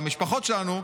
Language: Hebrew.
המשפחות שלנו,